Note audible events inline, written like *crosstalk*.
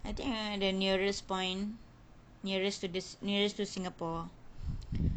I think ah the nearest point nearest to this nearest to singapore *noise*